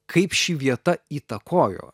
kaip ši vieta įtakojo